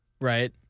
right